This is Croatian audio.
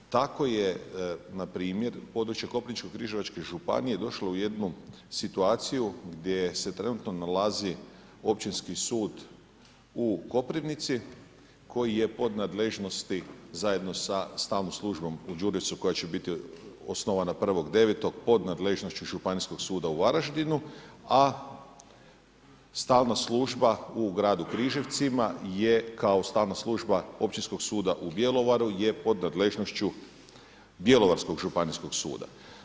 Tako je npr. područje Koprivničko-križevačke županije došlo u jednu situaciju gdje se trenutno nalazi Općinski sud u Koprivnici koji je pod nadležnosti zajedno sa stalnom službom u Đurđevcu koja će biti osnovana 01.09. pod nadležnošću Županijskog suda u Varaždinu, a stalna služba u gradu Križevcima gdje kao stalna služba Općinskog suda u Bjelovaru je pod nadležnošću Bjelovarskog Županijskog suda.